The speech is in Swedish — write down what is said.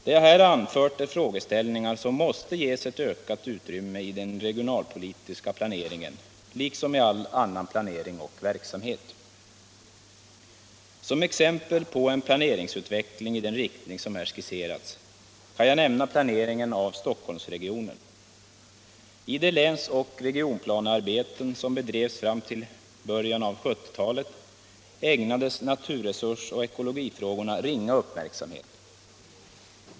Det jag här anfört är frågeställningar som måste ges ett ökat utrymme i den regionalpolitiska planeringen liksom i all annan planering och verksamhet. Som exempel på en planeringsutveckling i den riktning som här skisserats kan jag nämna planeringen av Stockholmsregionen. I de läns och regionplanearbeten som bedrevs fram till början av 1970-talet ägnades naturresursoch ekologifrågorna ringa uppmärksamhet.